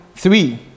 Three